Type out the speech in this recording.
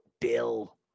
Bill